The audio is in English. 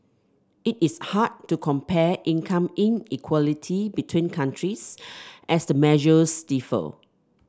it is hard to compare income inequality between countries as the measures differ